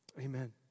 amen